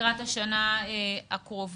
לקראת השנה הקרובה.